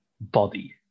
body